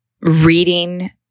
reading